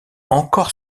encore